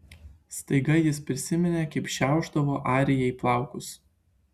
staiga jis prisiminė kaip šiaušdavo arijai plaukus